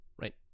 right